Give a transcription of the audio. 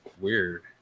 Weird